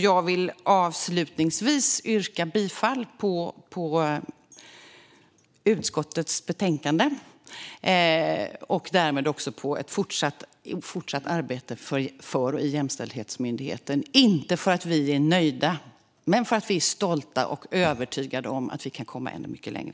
Jag vill avslutningsvis yrka bifall till förslaget i utskottets betänkande och därmed också till ett fortsatt arbete för Jämställdhetsmyndigheten - inte för att vi är nöjda utan för att vi är stolta och övertygade om att vi kan komma ännu mycket längre.